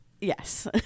yes